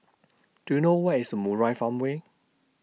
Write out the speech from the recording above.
Do YOU know Where IS Murai Farmway